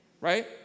right